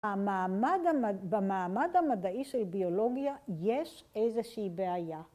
‫במעמד המדעי של ביולוגיה ‫יש איזושהי בעיה.